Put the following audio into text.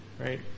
right